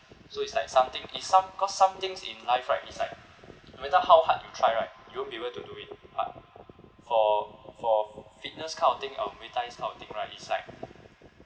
so it's like something it's some~ because some things in life right it's like no matter how hard you try right you won't be able to do it but for for fitness kind of thing um muay thai this kind of thing right it's like